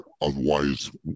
otherwise